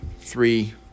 three